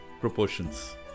proportions